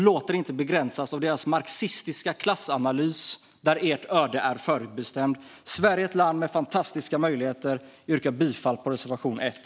Låt er inte begränsas av deras marxistiska klassanalys, där ert öde är förutbestämt! Sverige är ett land med fantastiska möjligheter. Jag yrkar bifall till reservation 1.